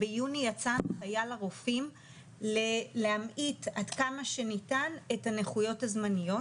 ביוני יצאה הנחיה לרופאים להמעיט עד כמה שניתן את הנכויות הזמניות,